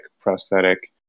prosthetic